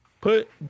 put